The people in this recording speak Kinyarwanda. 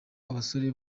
abasore